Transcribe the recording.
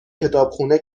کتابخونه